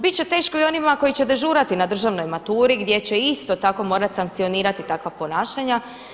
Bit će teško i onima koji će dežurati na državnoj maturi, gdje će isto tako morati sankcionirati takva ponašanja.